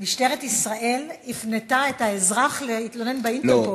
משטרת ישראל הפנתה את האזרח להתלונן באינטרפול?